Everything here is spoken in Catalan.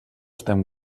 estem